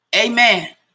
Amen